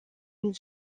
une